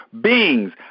beings